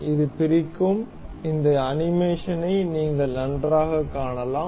இது பிரிக்கும் இந்த அனிமேஷனை நீங்கள் நன்றாகக் காணலாம்